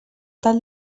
tal